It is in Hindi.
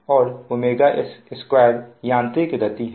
और s2 यांत्रिकी गति है